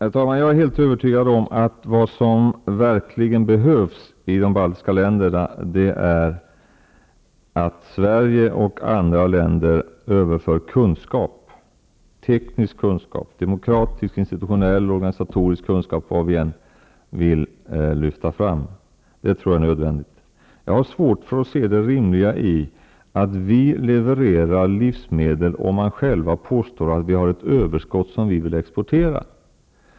Herr talman! Jag är helt övertygad om att vad som verkligen behövs i de baltiska länderna är att Sverige och andra länder överför kunskap -- teknisk kunskap, demokratisk, institutionell och organisatorisk kunskap, ja, vad vi än vill lyfta fram. Det tror jag är nödvändigt. Jag har svårt att se det rimliga i att vi levererar livsmedel till ett land där man påstår att man har ett över skott som man vill exportera.